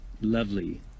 Lovely